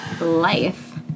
life